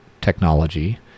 technology